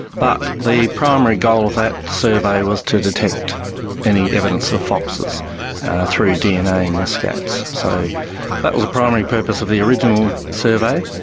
but the primary goal of that survey was to detect any evidence of foxes through dna in the scats, so that was the primary purpose of the original survey.